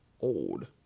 old